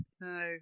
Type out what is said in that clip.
No